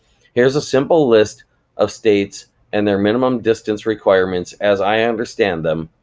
here's a simple list of states and their minimum distance requirements as i understand them,